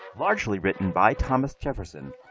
largely written by thomas jefferson,